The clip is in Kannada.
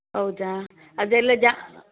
ಹೌದಾ ಅದೆಲ್ಲ ಜಾ